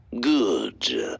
Good